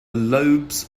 lobes